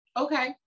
Okay